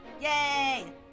yay